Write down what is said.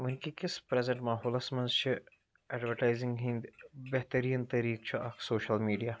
وٕنکہِ کِس پریزنٹ ماحولَس منٛز چھِ ایڈوَٹایزِنگ ہِنٛدۍ بہتریٖن طٔریٖقہٕ چھُ اکھ سوشَل میٖڈیا